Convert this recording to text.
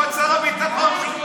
לא את שר הביטחון, שום דבר.